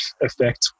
effect